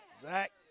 Zach